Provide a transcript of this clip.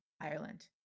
Ireland